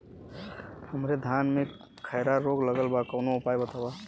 हमरे धान में खैरा रोग लगल बा कवनो उपाय बतावा?